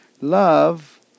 love